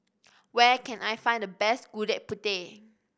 where can I find the best Gudeg Putih